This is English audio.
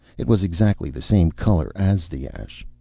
it was exactly the same color as the ash.